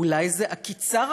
או אולי איזו עקיצה,